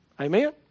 Amen